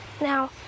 Now